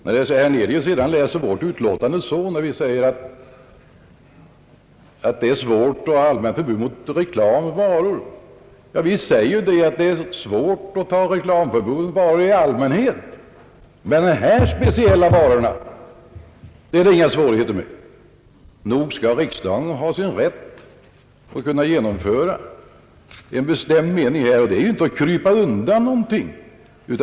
Herr Hernelius utläser av utskottets betänkande, att det är svårt att åstadkomma ett förbud mot reklam för varor. Ja, utskottet säger att det är svårt att införa reklamförbud beträffande varor i allmänhet, men att det inte föreligger några svårigheter i fråga om de här speciella varorna. Nog skall riksdagen ha sin rätt att genomföra en bestämd mening — det är inte att krypa undan någonting!